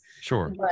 Sure